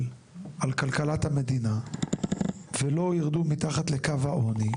על כלכלת המדינה ולא ירדו מתחת לקו העוני,